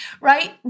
right